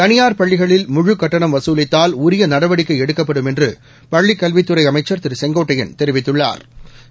தளியார் பள்ளிகளில் முழுக் கட்டணம் வசூலித்தால் உரிய நடவடிக்கை எடுக்கப்படும் என்று பள்ளிக் கல்வித்துறை அமைச்சா் திரு செங்கோட்டையன் தெரிவித்துள்ளாா்